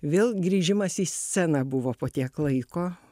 vėl grįžimas į sceną buvo po tiek laiko